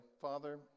Father